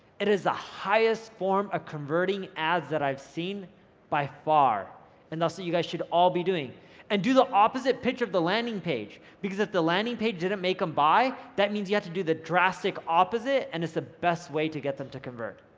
it is the highest form of converting ads that i've seen by far and that's what you guys should all be doing and do the opposite pitch of the landing page, because if the landing page didn't make them buy that means you have to do the drastic opposite and it's the best way to get them to convert.